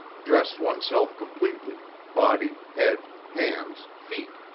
dress oneself completely, body, head, hands, feet.